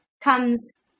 comes